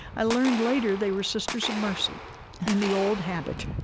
i learned later they were sisters of mercy in the old habit,